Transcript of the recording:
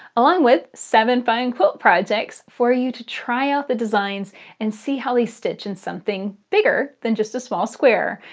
along with seven fine quilt projects for you to try out the designs and see how we stitch in something bigger than just a small square.